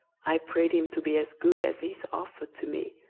i prayed him to be as good as his offer to me,